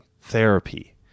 therapy